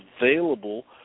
available